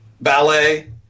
ballet